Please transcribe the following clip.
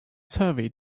survey